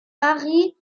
harry